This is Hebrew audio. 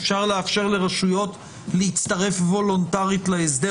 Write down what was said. אפשר לאפשר לרשויות להצטרף וולונטרית להסדר